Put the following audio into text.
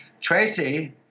Tracy